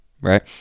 right